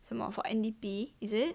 什么 for N_D_P is it